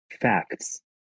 facts